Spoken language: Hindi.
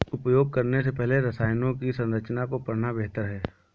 उपयोग करने से पहले रसायनों की संरचना को पढ़ना बेहतर है